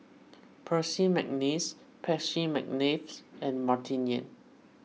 Percy McNeice Percy McNeice and Martin Yan